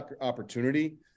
opportunity